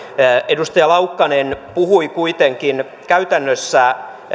edustaja laukkanen puhui kuitenkin käytännössä